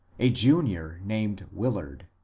a junior named willard.